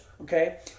Okay